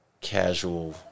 casual